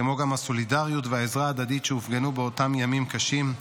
כמו גם הסולידריות והעזרה ההדדית שהופגנו באותם ימים קשים,